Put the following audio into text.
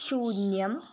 शून्यम्